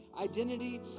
identity